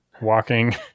walking